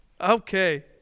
Okay